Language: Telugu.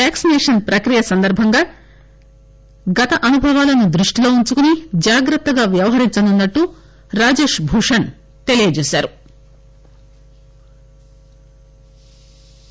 వ్యాక్సిసేషన్ ప్రక్రియ సందర్బంలో గత అనుభవాలను దృష్టిలో పెట్టుకుని జాగ్రత్తగా వ్యవహరించనున్నట్లు రాజేష్ భూషణ్ తెలిపారు